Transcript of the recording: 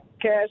Cash